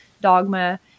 dogma